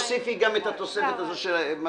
תוסיפי את התוספת הזו של ישעיהו.